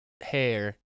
hair